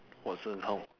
Watsons how